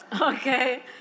Okay